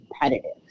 competitive